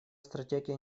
стратегия